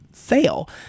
fail